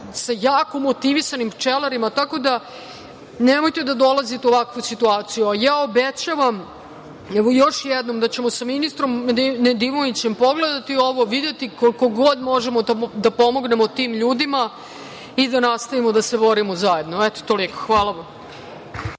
sa jako motivisanim pčelarima. Nemojte da dolazite u ovakvu situaciju, a ja obećavam, evo, još jednom, da ćemo sa ministrom Nedimovićem pogledati ovo, videti koliko god možemo da pomognemo tim ljudima i da nastavimo da se borimo zajedno. Toliko. Hvala vam.